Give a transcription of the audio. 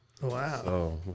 Wow